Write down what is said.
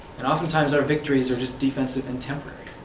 and ofetentimes our victories are just defensive and temporary.